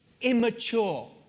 immature